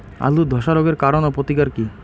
আলুর ধসা রোগের কারণ ও প্রতিকার কি?